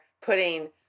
putting